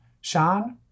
Sean